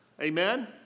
Amen